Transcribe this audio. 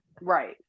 right